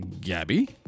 Gabby